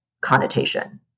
connotation